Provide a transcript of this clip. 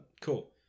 Cool